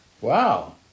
Wow